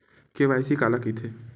KYC काला कइथे?